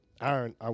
iron